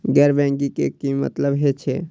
गैर बैंकिंग के की मतलब हे छे?